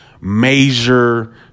major